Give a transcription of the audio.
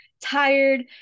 tired